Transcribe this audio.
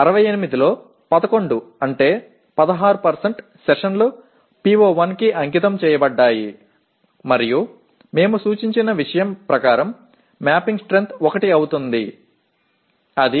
68 இல் 11 என்பது 16 அமர்வுகள் PO1 க்கு அர்ப்பணிக்கப்பட்டவை நாங்கள் பரிந்துரைத்த விஷயத்தின் படி கோப்பிட்ட வலிமை 1 ஆகிறது சரியா